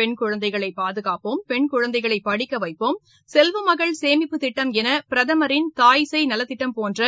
pen குழந்தைகளை பாதனப்போம் பென் குழந்தைகளை படிக்க வைப்போம் செல்வமகள் சேமிப்பு திட்டம் என பிரதமரின் தாய் சேய் நலத்திட்டம் போன்ற